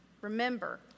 remember